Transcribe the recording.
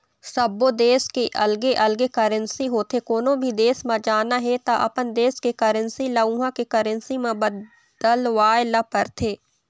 सब्बो देस के अलगे अलगे करेंसी होथे, कोनो भी देस म जाना हे त अपन देस के करेंसी ल उहां के करेंसी म बदलवाए ल परथे